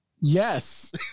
Yes